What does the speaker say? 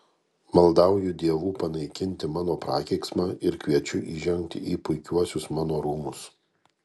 maldauju dievų panaikinti mano prakeiksmą ir kviečiu įžengti į puikiuosius mano rūmus